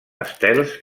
estels